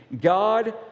God